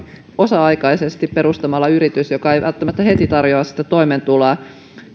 osa aikaisesti perustamalla yrityksen joka ei välttämättä heti tarjoa sitä toimeentuloa ja